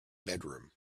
bedroom